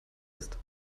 ist